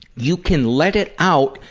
you can let it out,